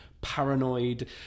paranoid